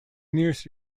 nearest